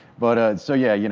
but so yeah, you know